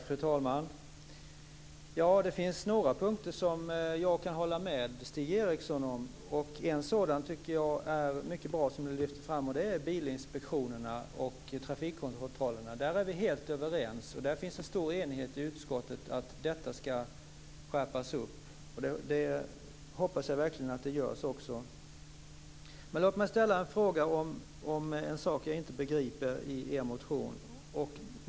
Fru talman! På några punkter kan jag hålla med Stig Eriksson. En sådan som jag tycker att det är mycket bra att man lyfter fram gäller bilinspektionerna och trafikkontrollerna. Om detta är vi helt överens, och det finns en stor enighet i utskottet om att detta ska trappas upp. Jag hoppas också verkligen att så sker. Men låt mig ställa en fråga om en sak som jag inte begriper i er motion.